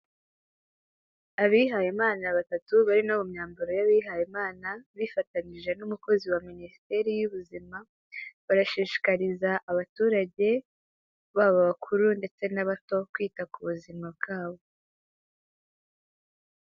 Abihayimana batatu bari no mu myambaro y'abihayimana bifatanyije n'umukozi wa Minisiteri y'Ubuzima, barashishikariza abaturage baba abakuru ndetse n'abato kwita ku buzima bwabo.